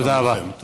תודה.